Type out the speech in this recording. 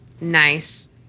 nice